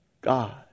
God